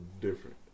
different